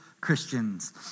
Christians